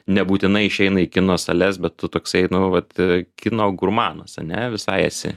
nebūtinai išeina į kino sales bet tu toksai nu vat kino gurmanas ane visai esi